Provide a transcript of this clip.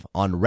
on